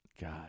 God